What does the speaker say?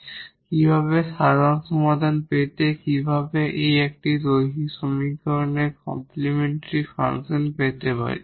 সুতরাং কিভাবে সাধারণ সমাধান পেতে কিভাবে এই একটি লিনিয়ার সমীকরণের কমপ্লিমেন্টরি ফাংশন পেতে পারি